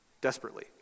Desperately